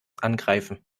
angreifen